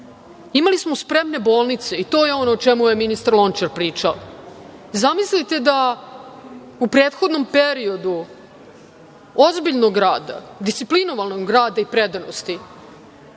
Imali smo spremne bolnice, i to je ono o čemu je ministar Lončar pričao. Zamislite da u prethodnom periodu, ozbiljnog rada, disciplinovanog rada i predanosti,